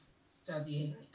studying